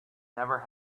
never